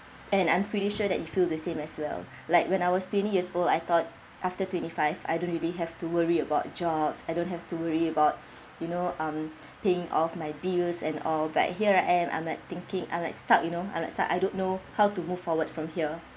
and I'm pretty sure that you feel the same as well like when I was twenty years old I thought after twenty five I don't really have to worry about jobs I don't have to worry about you know um paying off my bills and all but here right I am I'm like thinking I'm like stuck you know I'm stuck I don't know how to move forward from here